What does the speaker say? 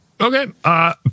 Okay